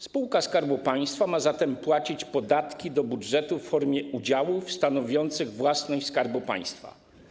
Spółka Skarbu Państwa ma zatem płacić podatki do budżetu w formie udziałów stanowiących własność Skarbu Państwa.